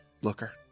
looker